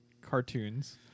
cartoons